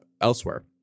elsewhere